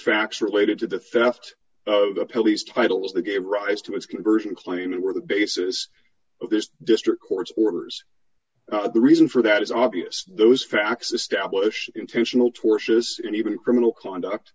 facts related to the theft of the police titles that gave rise to his conversion d claim and were the basis of this d district court's orders the reason for that is obvious those facts establish intentional tortious and even criminal conduct